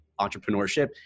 Entrepreneurship